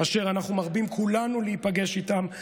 אשר אנחנו מרבים כולנו להיפגש איתם,